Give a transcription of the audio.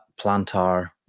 plantar